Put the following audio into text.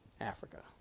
Africa